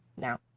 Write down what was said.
now